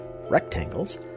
rectangles